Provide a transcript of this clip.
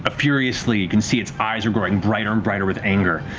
ah furiously, you can see its eyes are growing brighter and brighter with anger.